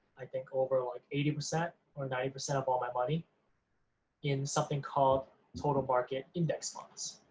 i think, over like eighty percent or ninety percent of all my money in something called total market index funds.